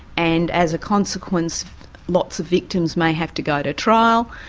and as a consequence lots of victims may have to go to trial,